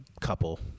couple